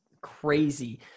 crazy